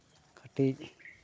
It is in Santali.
ᱠᱟᱹᱴᱤᱡ